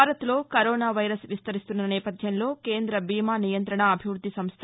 భారత్ లో corona virus విస్తరిస్తున్న నేపథ్యంలో కేంద్ర బీమా నియంత్రణ అభివృద్ది సంస్థ